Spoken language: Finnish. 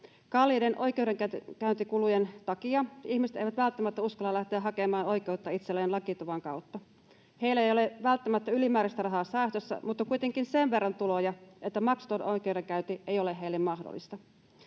Kalliiden oikeudenkäyntikulujen takia ihmiset eivät välttämättä uskalla lähteä hakemaan oikeutta itselleen lakituvan kautta. Heillä ei ole välttämättä ylimääräistä rahaa säästössä, mutta kuitenkin sen verran tuloja, että maksuton oikeudenkäynti ei ole heille mahdollista.